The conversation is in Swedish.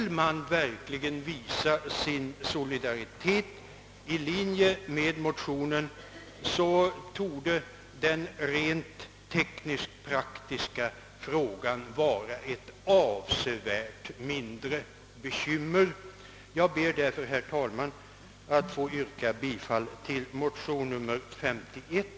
Vill man verkligen visa sin solidaritet i enlighet med motionens linje torde den rent teknisk-praktiska frågan vara ett avsevärt mindre bekymmer. Jag ber därför, herr talman, att få yrka bifall till motionen II: 51.